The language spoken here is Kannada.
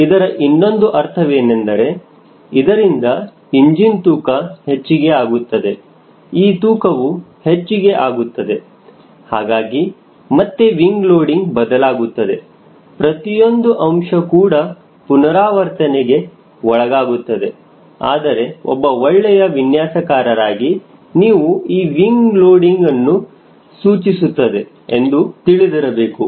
ಇದರ ಇನ್ನೊಂದು ಅರ್ಥವೇನೆಂದರೆ ಇದರಿಂದ ಇಂಜಿನ್ ತೂಕ ಹೆಚ್ಚಿಗೆ ಆಗುತ್ತದೆ ಈ ತೂಕವು ಹೆಚ್ಚಿಗೆ ಆಗುತ್ತದೆ ಹಾಗಾಗಿ ಮತ್ತೆ ವಿಂಗ ಲೋಡಿಂಗ್ ಬದಲಾಗುತ್ತದೆ ಪ್ರತಿಯೊಂದು ಅಂಶ ಕೂಡ ಪುನರಾವರ್ತನೆಗೆ ಒಳಗಾಗುತ್ತದೆ ಆದರೆ ಒಬ್ಬ ಒಳ್ಳೆಯ ವಿನ್ಯಾಸಕಾರರಾಗಿ ನೀವು ಈ ವಿಂಗ ಲೋಡಿಂಗ್ ಏನು ಸೂಚಿಸುತ್ತದೆ ಎಂದು ತಿಳಿದಿರಬೇಕು